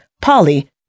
Polly